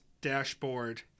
Dashboard